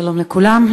שלום לכולם,